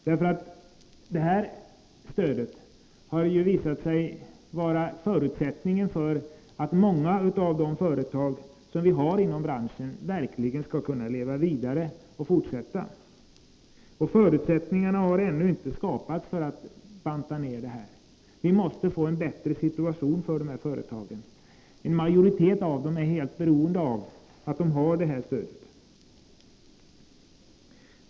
Detta stöd har ju visat sig vara förutsättningen för att många av de företag som vi har inom branschen verkligen skall kunna leva vidare. Förutsättningarna har ännu inte skapats att kunna minska detta stöd. Vi måste få en bättre situation för dessa företag. En majoritet av dem är helt beroende av detta stöd.